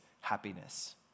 happiness